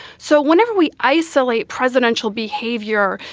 so whenever we isolate presidential behavior,